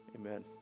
Amen